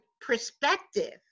perspective